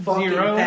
zero